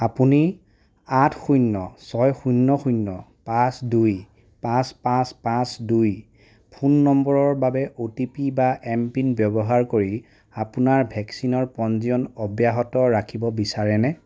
আপুনি আঠ শূন্য ছয় শূন্য শূন্য পাঁচ দুই পাঁচ পাঁচ পাঁচ দুই ফোন নম্বৰৰ বাবে অ' টি পি বা এম পিন ব্যৱহাৰ কৰি আপোনাৰ ভেকচিনৰ পঞ্জীয়ন অব্যাহত ৰাখিব বিচাৰেনে